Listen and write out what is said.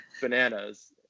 bananas